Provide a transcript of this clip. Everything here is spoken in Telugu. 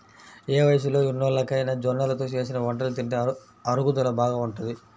ఏ వయస్సులో ఉన్నోల్లకైనా జొన్నలతో చేసిన వంటలు తింటే అరుగుదల బాగా ఉంటది